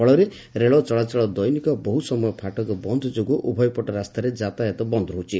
ଫଳରେ ରେଳ ଚଳାଚଳ ଦୈନିକ ବହୁ ସମୟ ଫାଟକ ବନ୍ଦ ଯୋଗୁଁ ଉଭୟ ପଟ ରାସ୍ତାରେ ଯାତାୟାତ ବନ୍ଦ ରହୁଛି